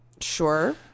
Sure